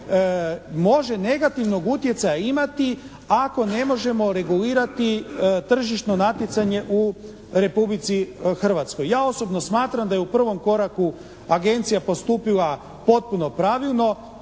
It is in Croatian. može negativnog utjecaja imati ako ne možemo regulirati tržišno natjecanje u Republici Hrvatskoj. Ja osobno smatram da je u prvom koraku Agencija postupila potpuno pravilno.